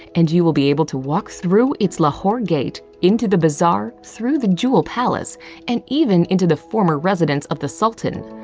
and you will be able to walk through its lahore gate, into the bazaar, through the jewel palace and even into the former residence of the sultan.